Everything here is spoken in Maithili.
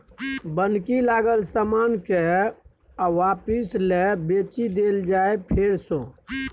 बन्हकी लागल समान केँ आपिस लए बेचि देल जाइ फेर सँ